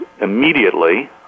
immediately